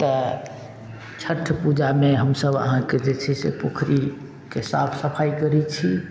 तऽ छठ पूजामे हमसब अहाँके जे छै से पोखरीके साफ सफाइ करय छी